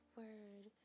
word